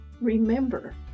remember